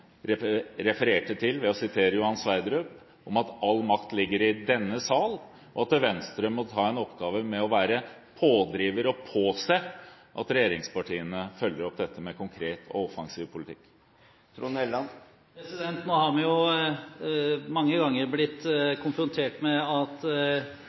også refererte til ved å sitere Johan Sverdrup, at all makt ligger i denne sal, og at Venstre må ha en oppgave med å være pådriver og påse at regjeringspartiene følger opp dette med konkret og offensiv politikk? Nå har vi mange ganger blitt